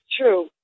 true